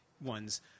ones